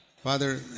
Father